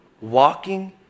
walking